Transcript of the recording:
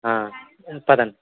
పదండి